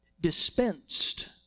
dispensed